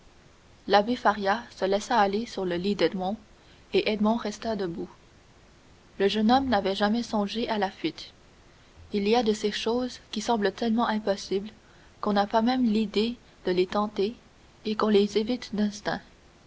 l'abbé faria se laissa aller sur le lit d'edmond et edmond resta debout le jeune homme n'avait jamais songé à la fuite il y a de ces choses qui semblent tellement impossibles qu'on n'a pas même l'idée de les tenter et qu'on les évite d'instinct